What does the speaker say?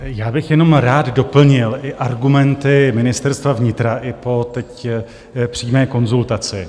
Já bych jenom rád doplnil i argumenty Ministerstva vnitra i teď, po přímé konzultaci.